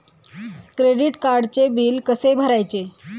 Credit कार्डचे bill कसे भरायचे?